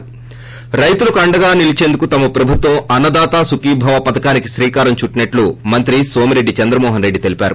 ి స్త రైతులకు అండగా నిలీచేందుకు తమ ప్రభుత్వం అన్న దాత సుఖీభవ పథకానికి శ్రీకారం చుట్టినట్లు మంత్రి సోమిరెడ్ది చంద్రమోహన్ రెడ్ది తెలిపారు